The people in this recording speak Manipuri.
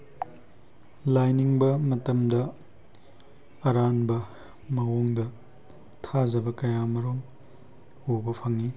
ꯂꯥꯏꯅꯤꯡꯕ ꯃꯇꯝꯗ ꯑꯔꯥꯟꯕ ꯃꯑꯣꯡꯗ ꯊꯥꯖꯕ ꯀꯌꯥ ꯑꯃꯔꯣꯝ ꯎꯕ ꯐꯪꯉꯤ